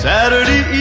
Saturday